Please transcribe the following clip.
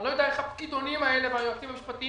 אני לא יודע איך הפקידונים האלה והיועצים המשפטיים